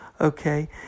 okay